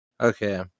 okay